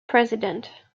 president